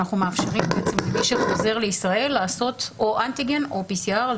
אנחנו מאפשרים למי שחוזר לישראל לעשות אנטיגן או PCR,